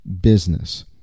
business